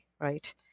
right